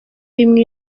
rimwe